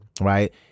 Right